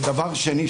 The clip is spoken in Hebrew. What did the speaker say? דבר שני,